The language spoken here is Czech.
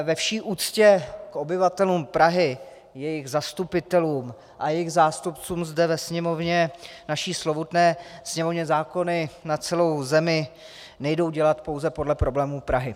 Ve vší úctě k obyvatelům Prahy, jejich zastupitelům a jejich zástupcům zde ve Sněmovně, naší slovutné Sněmovně, zákony na celou zemi nejdou dělat pouze podle problémů Prahy.